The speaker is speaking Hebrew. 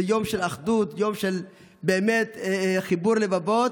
זה יום של אחדות, באמת יום של חיבור לבבות.